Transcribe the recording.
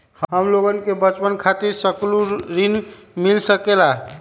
हमलोगन के बचवन खातीर सकलू ऋण मिल सकेला?